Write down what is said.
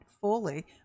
fully